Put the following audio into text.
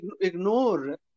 ignore